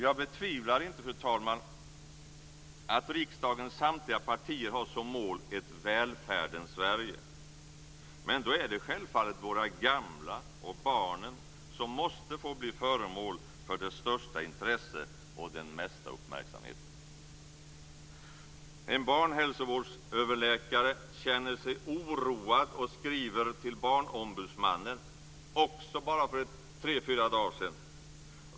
Jag betvivlar inte, fru talman, att riksdagens samtliga partier har som mål ett välfärdens Sverige. Men då är det självfallet våra gamla och barnen som måste få bli föremål för det största intresset och den mesta uppmärksamheten. En barnhälsovårdsöverläkare känner sig oroad och skriver till Barnombudsmannen - detta också bara för tre fyra dagar sedan.